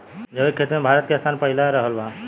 जैविक खेती मे भारत के स्थान पहिला रहल बा